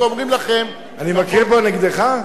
אני מקריא פה נגדך?